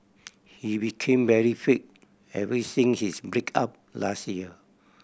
he became very fit ever since his break up last year